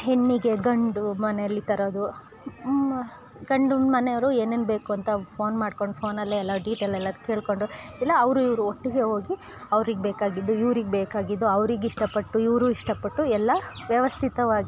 ಹೆಣ್ಣಿಗೆ ಗಂಡು ಮನೆಯಲ್ಲಿ ತರೋದು ಗಂಡು ಮನೆಯವರು ಏನೇನು ಬೇಕು ಅಂತ ಫೋನ್ ಮಾಡ್ಕೊಂಡು ಫೋನಲ್ಲೇ ಎಲ್ಲ ಡಿಟೇಲ್ ಎಲ್ಲ ಕೆಳ್ಕೊಂಡು ಇಲ್ಲ ಅವರು ಇವರು ಒಟ್ಟಿಗೆ ಹೋಗಿ ಅವ್ರಿಗೆ ಬೇಕಾಗಿದ್ದು ಇವ್ರಿಗೆ ಬೇಕಾಗಿದ್ದು ಅವ್ರಿಗೆ ಇಷ್ಟ ಪಟ್ಟು ಇವರು ಇಷ್ಟ ಪಟ್ಟು ಎಲ್ಲ ವ್ಯವಸ್ಥಿತವಾಗಿ